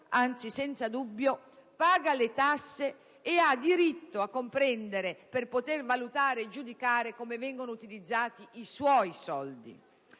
anzi senza dubbio - paga le tasse e ha il diritto di comprendere per poter valutare e giudicare come vengono utilizzati i suoi soldi.